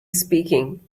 speaking